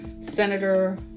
Senator